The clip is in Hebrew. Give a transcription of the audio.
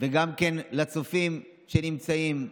וגם לצופים שנמצאים,